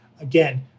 Again